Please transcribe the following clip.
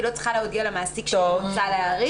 היא לא צריכה להודיע למעסיק שהיא רוצה להאריך.